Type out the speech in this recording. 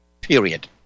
Period